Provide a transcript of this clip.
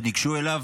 ניגשו אליו,